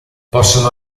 possono